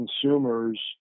consumers